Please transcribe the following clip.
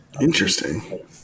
Interesting